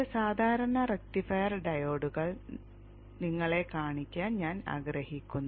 ചില സാധാരണ റക്റ്റിഫയർ ഡയോഡുകൾ നിങ്ങളെ കാണിക്കാൻ ഞാൻ ആഗ്രഹിക്കുന്നു